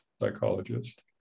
psychologist